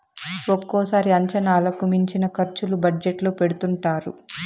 ఒక్కోసారి అంచనాలకు మించిన ఖర్చులు బడ్జెట్ లో పెడుతుంటారు